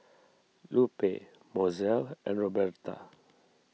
Lupe Mozell and Roberta